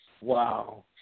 wow